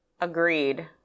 Agreed